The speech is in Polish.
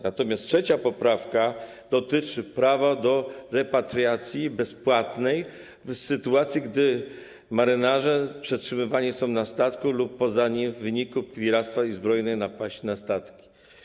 Natomiast trzecia poprawka dotyczy prawa do bezpłatnej repatriacji w sytuacji, gdy marynarze przetrzymywani są na statku lub poza nim w wyniku piractwa i zbrojnej napaści na statki.